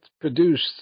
produced